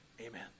Amen